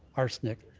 arsenic,